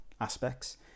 aspects